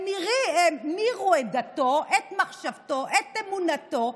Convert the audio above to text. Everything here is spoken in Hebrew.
הם המירו את דתו, את מחשבתו, את אמונתו,